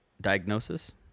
diagnosis